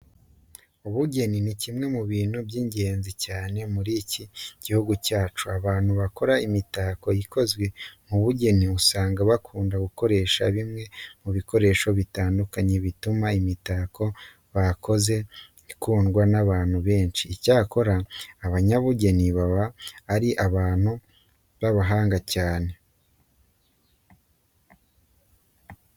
Ubugeni ni kimwe mu bintu by'ingenzi cyane muri iki gihugu cyacu. Abantu bakora imitako ikozwe mu bugeni usanga bakunda gukoresha bimwe mu bikoresho bitandukanye bituma imitako bakoze ikundwa n'abantu benshi. Icyakora abanyabugeni baba ari abantu b'abahanga cyane.